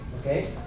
okay